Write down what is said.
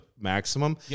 maximum